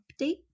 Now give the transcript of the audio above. update